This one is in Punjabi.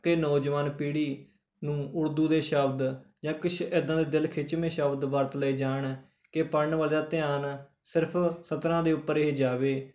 ਕਿ ਨੌਜਵਾਨ ਪੀੜ੍ਹੀ ਨੂੰ ਉਰਦੂ ਦੇ ਸ਼ਬਦ ਜਾਂ ਕੁਛ ਏਦਾਂ ਦਾ ਦਿਲ ਖਿੱਚਵੇਂ ਸ਼ਬਦ ਵਰਤ ਲਏ ਜਾਣ ਕਿ ਪੜ੍ਹਨ ਵਾਲੇ ਦਾ ਧਿਆਨ ਸਿਰਫ਼ ਸਤਰਾਂ ਦੇ ਉੱਪਰ ਹੀ ਜਾਵੇ